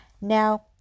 Now